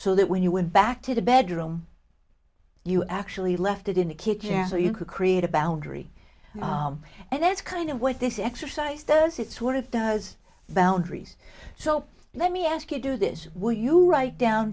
so that when you went back to the bedroom you actually left it in a kitchen so you could create a boundary and that's kind of what this exercise does it sort of does boundaries so let me ask you do this will you write down